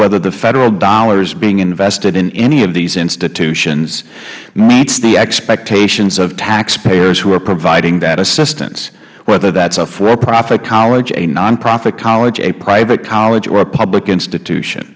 whether the federal dollars being invested in any of these institutions meets the expectations of taxpayers who are providing that assistance whether that is a for profit college a nonprofit college a private college or a public institution